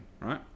right